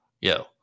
yo